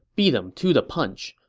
beat him to the punch.